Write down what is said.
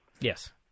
Yes